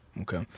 Okay